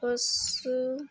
ପଶୁ